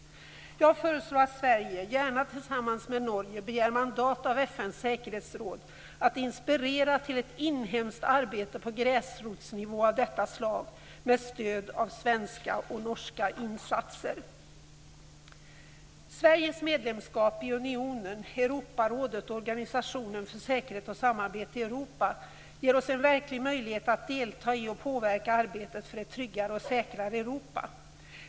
Jag föreslår att Sverige, gärna tillsammans med Norge, begär mandat av FN:s säkerhetsråd att inspirera till ett inhemskt arbete på gräsrotsnivå av detta slag med stöd av svenska och norska insatser. Sveriges medlemskap i Europeiska unionen, Europarådet och Organisationen för Säkerhet och Samarbete i Europa ger oss en verklig möjlighet att delta i och påverka arbetet för ett tryggare och säkrare Europa.